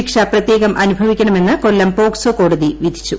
ശിക്ഷ പ്രത്യേകം അനുഭവിക്കണമെന്ന് കൊല്ലം പോക്സോ കോടതി വിധിച്ചു